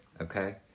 Okay